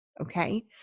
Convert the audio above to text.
Okay